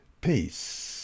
peace